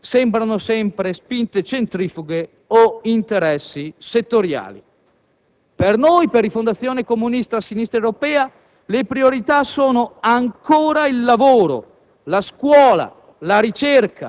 per cui, alla fine, a prevalere sembrano sempre spinte centrifughe o interessi settoriali. Per noi, per Rifondazione Comunista-Sinistra Europea, le priorità sono ancora il lavoro,